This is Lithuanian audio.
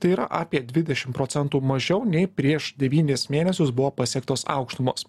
tai yra apie dvidešim procentų mažiau nei prieš devynis mėnesius buvo pasiektos aukštumos